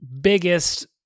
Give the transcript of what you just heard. biggest